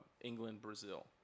England-Brazil